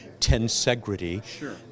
tensegrity